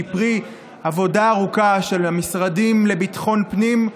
שהיא פרי עבודה ארוכה של המשרדים לביטחון פנים,